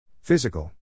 Physical